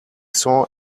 saw